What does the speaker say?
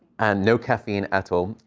and no caffeine at all.